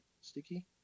Sticky